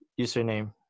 username